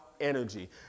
energy